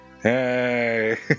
Hey